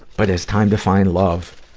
but it's time to find love